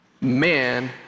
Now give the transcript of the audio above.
man